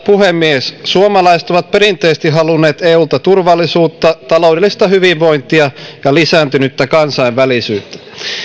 puhemies suomalaiset ovat perinteisesti halunneet eulta turvallisuutta taloudellista hyvinvointia ja lisääntynyttä kansainvälisyyttä